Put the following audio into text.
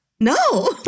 no